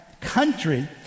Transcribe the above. country